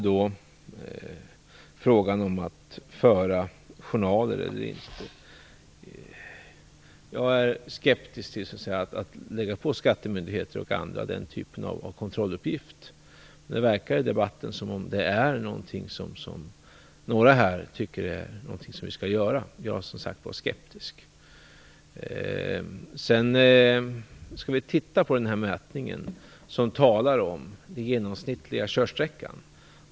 Det är självklart. Jag är skeptisk till att belasta skattemyndigheter och andra med den typ av kontrolluppgift som frågan om att föra journaler eller inte skulle innebära. I debatten verkar detta vara något som vissa tycker att vi skall införa. Jag är, som sagt var, skeptisk. Vi skall undersöka mätningen som rör den genomsnittliga körsträckan.